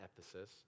Ephesus